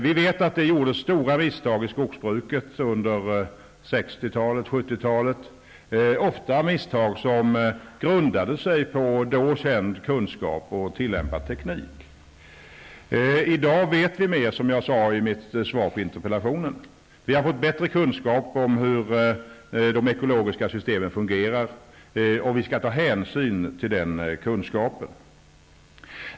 Vi vet att det gjordes stora misstag i skogsbruket under 60 och 70-talen, misstag som ofta grundade sig på då känd kunskap och då tillämpad teknik. I dag vet vi mer, som jag sade i mitt svar på interpellationen. Vi har fått bättre kunskap om hur de ekologiska systemen fungerar, och vi skall ta hänsyn till den kunskapen.